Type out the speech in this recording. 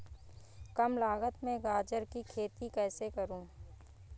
कम लागत में गाजर की खेती कैसे करूँ?